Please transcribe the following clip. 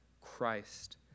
Christ